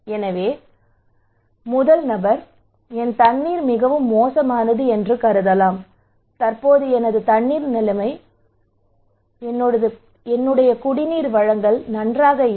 எனவே முதல் நபர் என் தண்ணீர் மிகவும் மோசமானது என்று கருதலாம் தற்போது எனது குடிநீர் வழங்கல் நன்றாக இல்லை